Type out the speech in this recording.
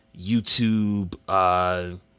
YouTube